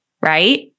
right